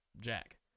Jack